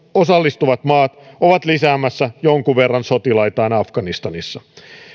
osallistuvat maat ovat lisäämässä jonkin verran sotilaitaan afganistanissa